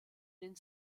den